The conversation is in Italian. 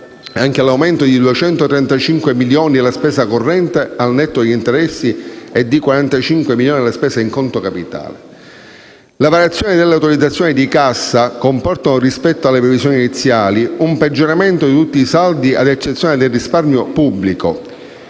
l'aumento di 253 milioni della spesa corrente al netto degli interessi e di 45 milioni della spesa in conto capitale. Le variazioni delle autorizzazioni di cassa comportano, rispetto alle previsioni iniziali, un peggioramento di tutti i saldi ad eccezione del risparmio pubblico.